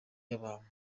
y’abantu